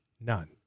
None